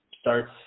starts